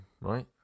right